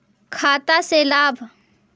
खाता से लाभ?